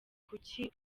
kuki